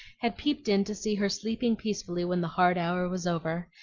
had peeped in to see her sleeping peacefully when the hard hour was over,